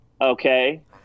Okay